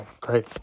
Great